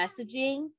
messaging